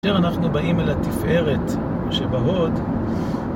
כאשר אנחנו באים אל התפארת, שבהוד